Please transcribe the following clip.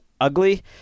ugly